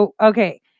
okay